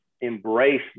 embrace